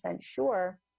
sure